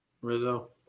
Rizzo